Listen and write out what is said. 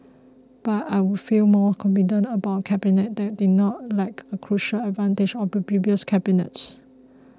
but I would feel more confident about a Cabinet that did not lack a crucial advantage of the previous cabinets